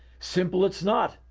simple it's not,